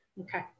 Okay